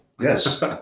Yes